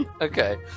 Okay